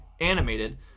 animated